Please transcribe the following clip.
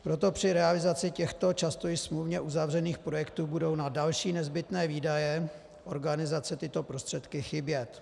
Proto při realizaci těchto často i smluvně uzavřených projektů budou na další nezbytné výdaje organizace tyto prostředky chybět.